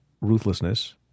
ruthlessness